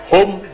Home